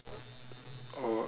oh